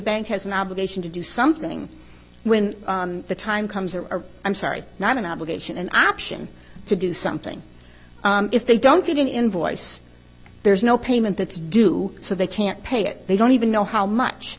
bank has an obligation to do something when the time comes or i'm sorry not an obligation an option to do something if they don't get an invoice there's no payment that's due so they can't pay it they don't even know how much